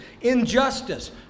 injustice